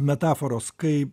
metaforos kai